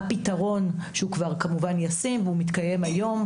פתרון שהוא כבר כמובן ישים והוא מתקיים היום,